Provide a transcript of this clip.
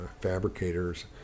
fabricators